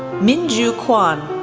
minju kwon,